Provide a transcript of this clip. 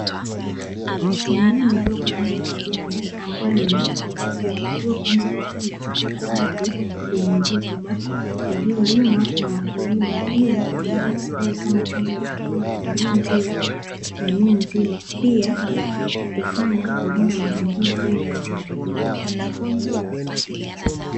Mimea midogo ya rangi ya kijani, ambayo imeanza kuchipua, iliyopandwa vizuri katika ardhi yenye rutuba iliyolimwa na wakulima ili kutumika baadae kama chanzo cha chakula kwa jamii nzima, pia kufanya kulinda mazingira ili yasiharibike.